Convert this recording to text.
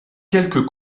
quelques